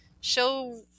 show